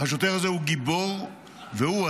גיבור והוא,